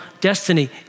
destiny